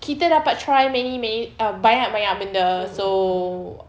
kita dapat try many many ah banyak-banyak benda so